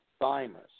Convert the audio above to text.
thymus